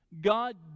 God